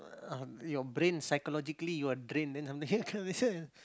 uh your brain psychologically you are drained then